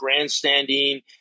grandstanding